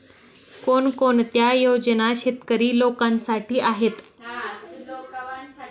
कोणकोणत्या योजना शेतकरी लोकांसाठी आहेत?